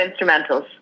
instrumentals